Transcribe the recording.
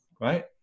Right